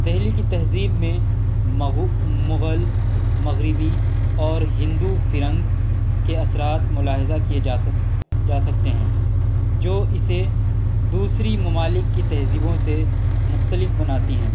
دہلی کی تہذیب میں مغل مغربی اور ہندو فرنگ کے اثرات ملاحظہ کیے جا جا سکتے ہیں جو اسے دوسری ممالک کی تہذیبوں سے مختلف بناتی ہیں